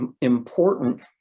important